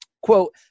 quote